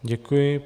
Děkuji.